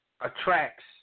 attracts